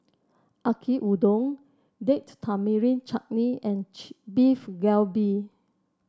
Yaki Udon Date Tamarind Chutney and Beef Galbi